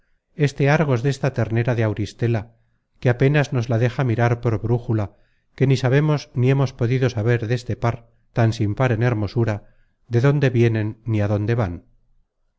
este argos de esta ternera de auristela que apénas nos la deja mirar por brújula que ni sabemos ni hemos podido saber deste par tan sin par en hermosura de dónde vienen ni á dónde van